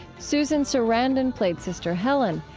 susan sarandon played sister helen,